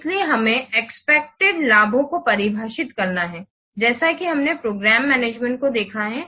इसलिए हमें एक्सपेक्टेड लाभों को परिभाषित करना है जैसे कि हमने प्रोग्राम मैनेजमेंट को देखा है